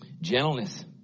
Gentleness